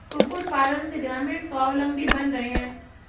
कुक्कुट पालन से ग्रामीण स्वाबलम्बी बन रहे हैं